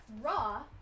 Raw